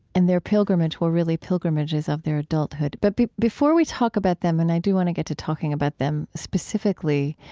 and their pilgrimages were really pilgrimages of adulthood. but before we talk about them, and i do want to get to talking about them specifically,